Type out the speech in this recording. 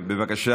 אנא מכם, בבקשה,